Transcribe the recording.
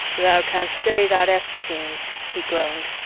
thou can'st say that eftsoons, he groaned.